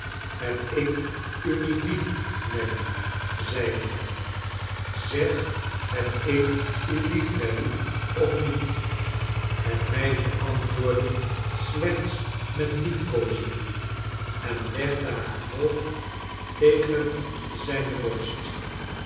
heb ik u niet lief nelly zeide hij zeg heb ik u lief nelly of niet het meisje antwoordde slechts met liefkoozingen en legde haar hoofd tegen zijne borst